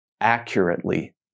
accurately